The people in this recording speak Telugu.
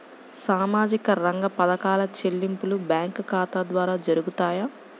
సామాజిక రంగ పథకాల చెల్లింపులు బ్యాంకు ఖాతా ద్వార జరుగుతాయా?